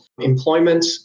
employment